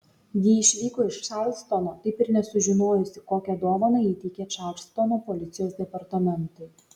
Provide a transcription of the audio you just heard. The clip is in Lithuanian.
ji išvyko iš čarlstono taip ir nesužinojusi kokią dovaną įteikė čarlstono policijos departamentui